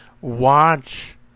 watch